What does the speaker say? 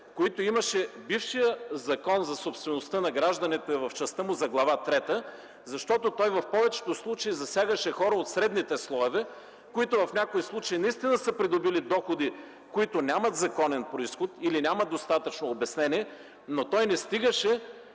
които имаше бившият Закон за собствеността на гражданите в частта му за Глава трета, защото той в повечето случаи засягаше хора от средните слоеве, които в някои случаи наистина са придобили доходи, които нямат законен произход или нямат достатъчно обяснение, но той не стигаше